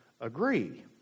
agree